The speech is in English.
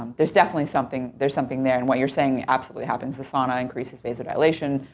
there's definitely something. there's something there. and what you're saying absolutely happens. the sauna increases vasodilation,